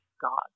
god